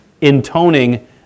intoning